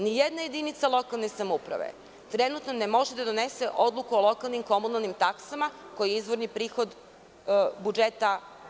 Nijedna jedinica lokalne samouprave trenutno ne može da donese odluku o lokalnim komunalnim taksama koje su izvorni prihod budžeta.